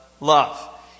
Love